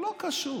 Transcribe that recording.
לא קשור.